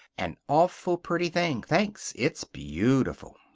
an awful pretty thing. thanks. it's beautiful.